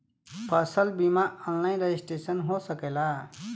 फसल बिमा online registration हो सकेला?